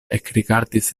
ekrigardis